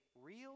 real